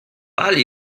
pal